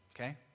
okay